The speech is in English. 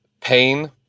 pain